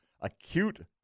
acute